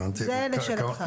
זה לשאלתך.